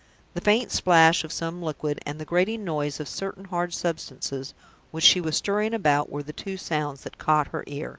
the faint splash of some liquid, and the grating noise of certain hard substances which she was stirring about, were the two sounds that caught her ear.